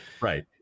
Right